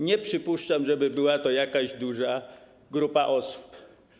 Nie przypuszczam, żeby była to jakaś znaczna grupa osób”